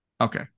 Okay